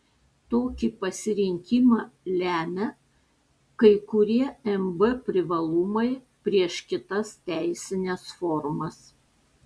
tokį pasirinkimą lemia kai kurie mb privalumai prieš kitas teisines formas